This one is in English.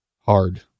hard